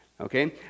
okay